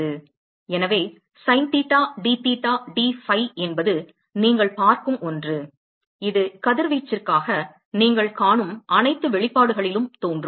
எனவே sine theta d theta d phi என்பது நீங்கள் பார்க்கும் ஒன்று இது கதிர்வீச்சிற்காக நீங்கள் காணும் அனைத்து வெளிப்பாடுகளிலும் தோன்றும்